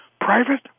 Private